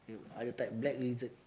no other type black lizard